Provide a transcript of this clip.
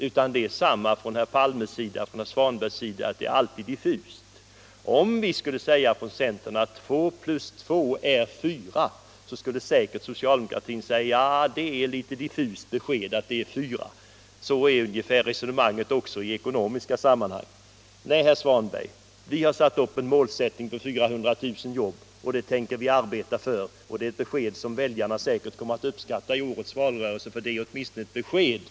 Herr Palme och herr Svanberg anser alltid att våra uttalanden är diffusa. Om vi från centern skulle säga att två plus två är fyra skulle socialdemokraterna säkert svara: ”Det är allt ett litet diffust besked.” Ungefär sådant är resonemanget också i ekonomiska sammanhang. Vi har, herr Svanberg, satt upp målet 400 000 nya jobb, och det tänker vi arbeta för. Det är ett besked som väljarna säkert kommer att uppskatta i årets valrörelse, för det är åtminstone ett besked.